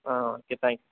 ah okay thank you